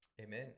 Amen